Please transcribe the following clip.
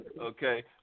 okay